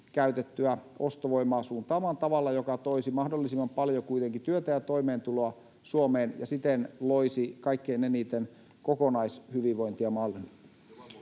käytettyä ostovoimaa suuntaamaan tavalla, joka toisi mahdollisimman paljon työtä ja toimeentuloa Suomeen ja siten loisi kaikkein eniten kokonaishyvinvointia maallemme.